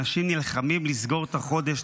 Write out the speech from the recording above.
אנשים נלחמים לסגור את החודש,